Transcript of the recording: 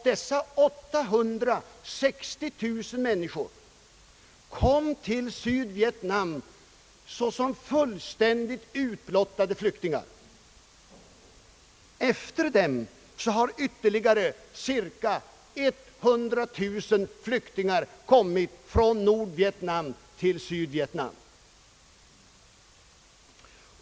De 860 000 människorna kom till Sydvietnam såsom fullständigt utblottade flyktingar. Efter dem har ytterligare cirka 100000 flyktingar kommit från Nordvietnam till Sydvietnam.